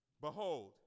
Behold